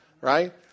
right